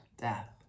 death